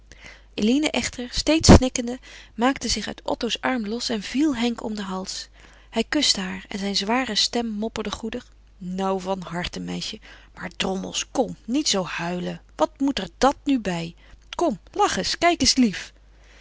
eline echter steeds snikkende maakte zich uit otto's arm los en viel henk om den hals hij kuste haar en zijn zware stem mopperde goedig nou van harte zusje maar drommels kom niet zoo huilen wat moet er dàt nu bij kom lach eens kijk eens lief